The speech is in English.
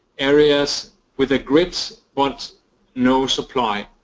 areas with a grid but no supply.